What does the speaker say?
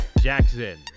Jackson